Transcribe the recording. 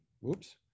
whoops